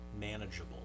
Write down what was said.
manageable